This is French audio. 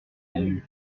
film